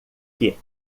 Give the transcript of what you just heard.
que